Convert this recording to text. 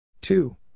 two